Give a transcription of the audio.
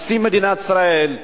נשיא מדינת ישראל,